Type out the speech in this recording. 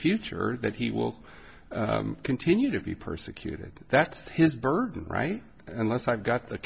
future that he will continue to be persecuted that's his burden right unless i've got the